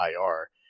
IR